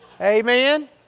Amen